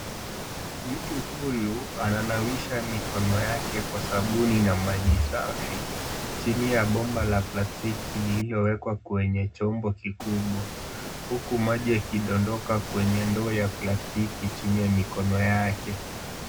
Mtu huyu ananawisha mikono yake kwa sabuni na maji safi. Chini ya bomba la plastiki lililowekwa kwenye chombo kikubwa huku maji yakidondoka kwenye ndoo ya plastiki chini ya mikono yake.